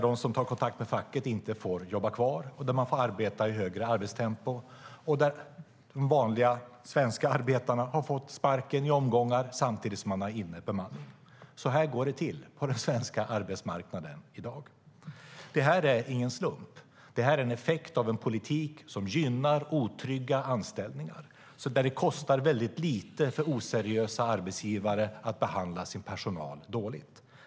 De som tar kontakt med facket får inte jobba kvar, och man får arbeta i ett högre arbetstempo. De vanliga svenska arbetarna har fått sparken i omgångar samtidigt som man har bemanning inne. Så här går det till på den svenska arbetsmarknaden i dag. Detta är ingen slump. Det är en effekt av en politik som gynnar otrygga anställningar och där det kostar väldigt lite för oseriösa arbetsgivare att behandla sin personal dåligt.